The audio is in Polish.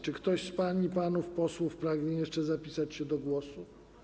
Czy ktoś z pań i panów posłów pragnie jeszcze zapisać się do głosu?